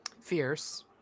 Fierce